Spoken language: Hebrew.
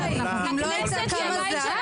הכנסת היא הבית.